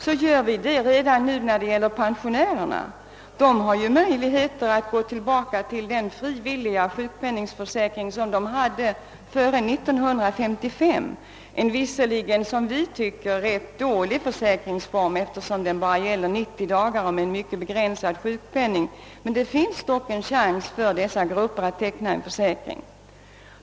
Detta gäller emellertid redan nu beträffande pensionärerna, som har möjlighet att gå tillbaka till den frivilliga sjukpenningförsäkring som de hade före 1955. Det är visserligen i vårt tycke en rätt dålig försäkringsform, eftersom den bara gäller under 90 dagar och med en mycket begränsad sjukpenning, men det finns dock en möjlighet för dessa grupper att teckna en frivillig försäkring.